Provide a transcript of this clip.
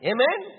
Amen